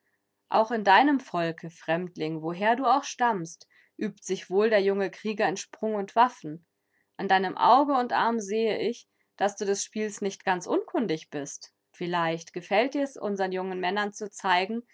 auch in deinem volke fremdling woher du auch stammst übt sich wohl der junge krieger in sprung und waffen an deinem auge und arm sehe ich daß du des spiels nicht ganz unkundig bist vielleicht gefällt dir's unseren jungen männern zu zeigen